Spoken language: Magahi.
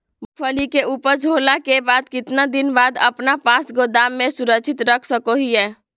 मूंगफली के ऊपज होला के बाद कितना दिन अपना पास गोदाम में सुरक्षित रख सको हीयय?